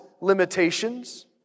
limitations